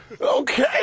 okay